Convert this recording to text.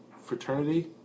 fraternity